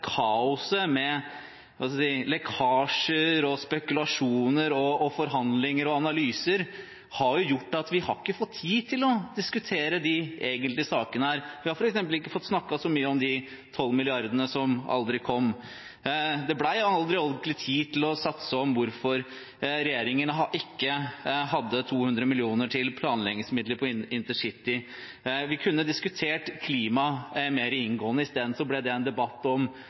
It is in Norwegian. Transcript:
kaoset med lekkasjer, spekulasjoner, forhandlinger og analyser har gjort at vi ikke har fått tid til å diskutere de egentlige sakene her. Vi har f.eks. ikke fått snakket så mye om de 12 milliardene som aldri kom. Det ble aldri ordentlig tid til å snakke om hvorfor regjeringen ikke hadde 200 millioner til planleggingsmidler på intercity. Vi kunne diskutert klima mer inngående. I stedet ble det en debatt om